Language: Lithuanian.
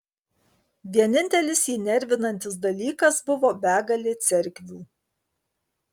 vienintelis jį nervinantis dalykas buvo begalė cerkvių